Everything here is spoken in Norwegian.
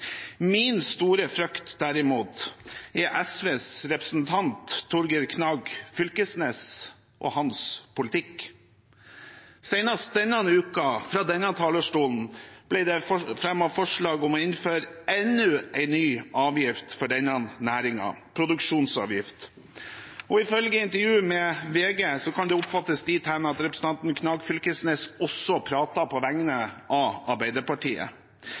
Min store frykt, derimot, er SVs representant Torgeir Knag Fylkesnes og hans politikk. Senest denne uken, fra denne talerstol, ble det fremmet forslag om å innføre enda en ny avgift for denne næringen – produksjonsavgift – og ifølge et intervju med VG kan en oppfatte det dit hen at representanten Knag Fylkesnes også pratet på vegne av Arbeiderpartiet.